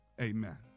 amen